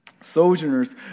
sojourners